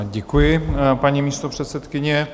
Děkuji, paní místopředsedkyně.